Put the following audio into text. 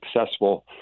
successful